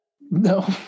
No